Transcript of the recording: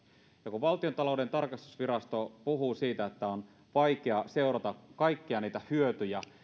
kun valtiontalouden tarkastusvirasto puhuu siitä että on tosiaan vaikea seurata kaikkia niitä hyötyjä